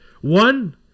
One